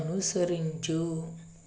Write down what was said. అనుసరించు